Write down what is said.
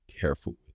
careful